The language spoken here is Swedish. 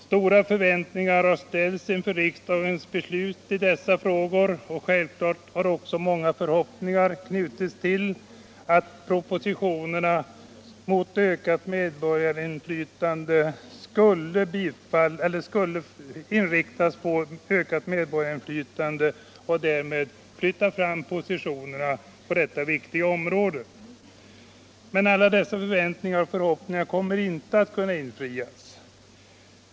Stora förväntningar har ställts inför riksdagens beslut i dessa frågor, och självklart har många förhoppningar knutits till att besluten skulle inriktas på ökat medborgarinflytande och där med flytta fram positionerna på detta viktiga område. Men alla dessa. förväntningar och förhoppningar kommer inte att kunna infrias.